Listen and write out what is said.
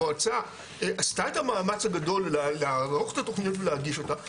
המועצה עשתה את המאמץ הגדול לערוך את התוכנית ולהגיש אותה,